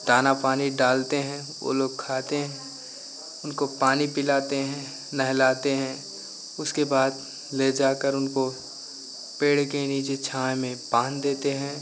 दाना पानी डालते हैं वो लोग खाते हैं उनको पानी पिलाते हैं नहलाते हैं उसके बाद ले जाकर उनको पेड़े के नीचे छाँव में बाँध देते हैं